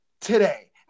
today